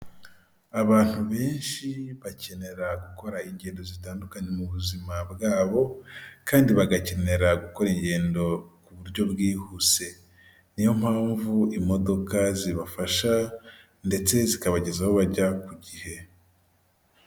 Abantu benshi bakenera gukora ingendo zitandukanye mu buzima bwabo kandi bagakenera gukora ingendo ku buryo bwihuse. Niyo mpamvu imodoka zibafasha ndetse zikabageza aho bajya ku gihe.